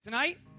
Tonight